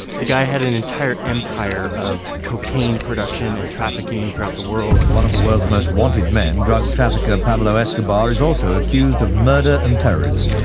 the guy had an entire empire of cocaine production and trafficking throughout the world. one of the world's most wanted men, drug trafficker pablo escobar is also accused of murder and terrorism.